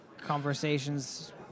conversations